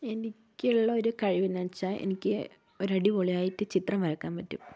എനിക്കുള്ളൊരു കഴിവെന്ന് വച്ചാൽ എനിക്ക് ഒരടിപൊളിയായിട്ട് ചിത്രം വരയ്ക്കാൻ പറ്റും